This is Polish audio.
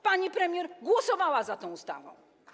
Pani premier głosowała za tą ustawą.